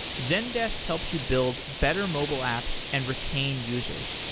zendesk helps you build better mobile apps and retain users.